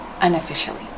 unofficially